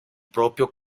propio